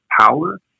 power